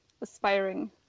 aspiring